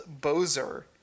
Bozer